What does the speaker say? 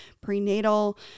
prenatal